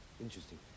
Interesting